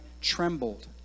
trembled